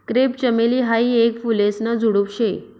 crepe चमेली हायी येक फुलेसन झुडुप शे